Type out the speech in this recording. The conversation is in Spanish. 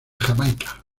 jamaica